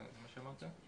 זה מה שאמרת?